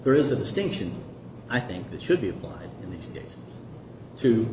there is a distinction i think that should be applied